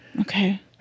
Okay